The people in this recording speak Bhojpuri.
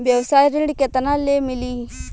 व्यवसाय ऋण केतना ले मिली?